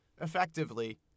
Effectively